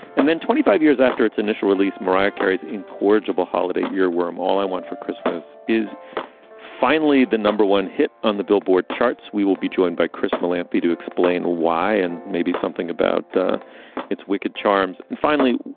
and then twenty five years after its initial release, mariah carey is incorrigible. holiday earworm all i want for christmas is finally the number one hit on the billboard charts. we will be joined by christmas lamptey to explain why and maybe something about its wicked charms. and finally,